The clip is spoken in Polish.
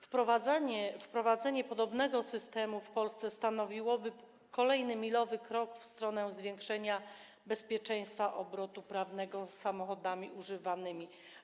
Wprowadzenie podobnego systemu w Polsce stanowiłoby kolejny milowy krok w stronę zwiększenia bezpieczeństw obrotu prawnego samochodami używanymi.